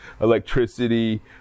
electricity